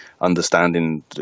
understanding